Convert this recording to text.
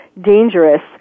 dangerous